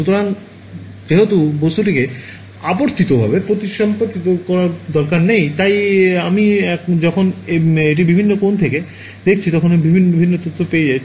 সুতরাং যেহেতু বস্তুটিকে আবর্তিতভাবে প্রতিসাম্পিত হওয়ার দরকার নেই আমি যখন এটি বিভিন্ন কোণ থেকে দেখছি তখন আমি বিভিন্ন তথ্য পেয়ে যাব